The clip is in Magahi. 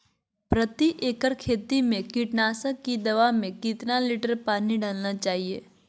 प्रति एकड़ खेती में कीटनाशक की दवा में कितना लीटर पानी डालना चाइए?